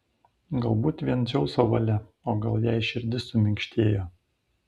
galbūt vien dzeuso valia o gal jai širdis suminkštėjo